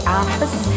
office